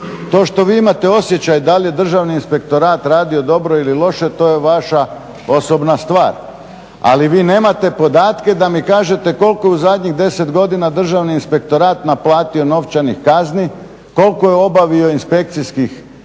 To što vi imate osjećaj da li je državni inspektor radio dobro ili loše, to je vaša osobna stvar, ali vi nemate podatke da mi kažete koliko je u zadnjih 10 godina Državni inspektorat naplatio novčanih kazni, koliko je obavio inspekcijskih nadzora,